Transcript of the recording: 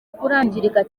kurangirika